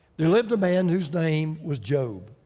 there lived a man whose name was job.